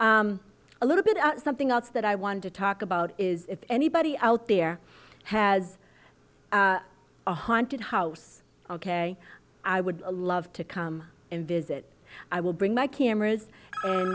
a little bit of something else that i want to talk about is if anybody out there has been a haunted house ok i would love to come and visit i will bring my cameras